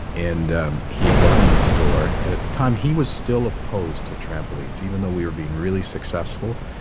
and he had gone into the store. and at the time, he was still opposed to trampolines. even though we were being really successful,